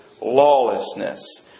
lawlessness